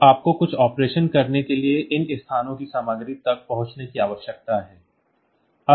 अब आपको कुछ ऑपरेशन करने के लिए इन स्थानों की सामग्री तक पहुंचने की आवश्यकता है